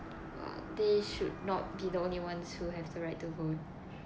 uh they should not be the only ones that have the right to vote